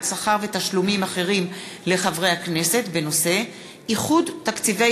שכר ותשלומים אחרים לחברי הכנסת בנושא: איחוד תקציבי